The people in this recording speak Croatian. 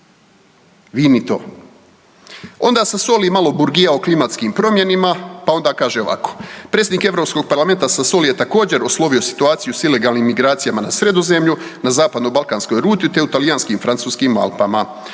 Vi ni to. Onda Sassoli malo burgija o klimatskim promjenama pa onda kaže ovako, predsjednik EU parlamenta Sassoli je također, oslovio situaciju s ilegalnim migracijama na Sredozemlju, na zapadnobalkanskoj rute te u talijanskim i francuskim Alpama.